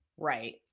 Right